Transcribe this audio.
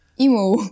emo